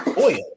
oil